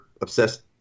obsessed